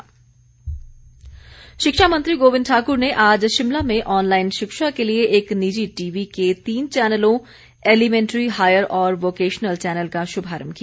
गोविंद ठाकुर शिक्षा मंत्री गोविंद ठाक्र ने आज शिमला में ऑनलाईन शिक्षा के लिए एक निजी टीवी के तीन चैनलों ऐलीमैन्ट्री हायर और वोकेशनल चैनल का शुभारम्भ किया